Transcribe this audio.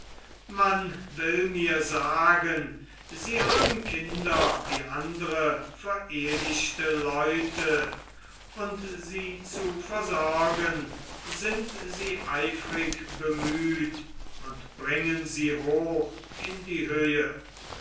man will mir sagen sie haben kinder wie andre verehlichte leute und sie zu versorgen sind sie eifrig bemüht und bringen sie hoch in die höhe